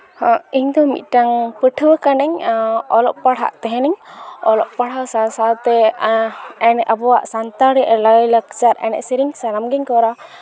ᱤᱧᱫᱚ ᱢᱤᱫᱴᱟᱝ ᱠᱟᱹᱱᱟᱹᱧ ᱚᱞᱚᱜ ᱯᱟᱲᱦᱟᱜ ᱛᱟᱦᱮᱱᱤᱧ ᱚᱞᱚᱜ ᱯᱟᱲᱦᱟᱜ ᱥᱟᱶ ᱥᱟᱶᱛᱮ ᱟᱵᱚᱣᱟᱜ ᱥᱟᱱᱛᱟᱲᱤ ᱞᱟᱭᱼᱞᱟᱠᱪᱟᱨ ᱮᱱᱮᱡ ᱥᱮᱨᱮᱧ ᱥᱟᱱᱟᱢ ᱜᱮᱧ ᱠᱚᱨᱟᱣᱟ